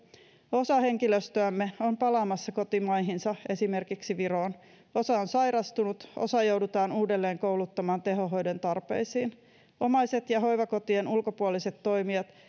osa henkilöstöämme on palaamassa kotimaihinsa esimerkiksi viroon osa on sairastunut osa joudutaan uudelleenkouluttamaan tehohoidon tarpeisiin omaiset ja hoivakotien ulkopuoliset toimijat